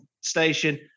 station